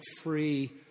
free